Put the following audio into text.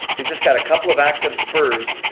we just got a couple of active spurs,